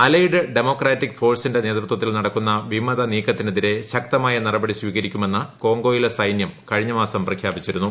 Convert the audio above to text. allied democratic ഫോഴ്സിന്റെ നേതൃത്വത്തിൽ നടക്കുന്ന വിമത നീക്കത്തിനെതിരെ ശക്തമായ നടപടി സ്വീകരിക്കുമെന്ന് കോങ്കോയിലെ സൈനൃം കഴിഞ്ഞ മാസം പ്രഖ്യാപിച്ചിരുന്നു